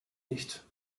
nicht